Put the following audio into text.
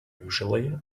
usually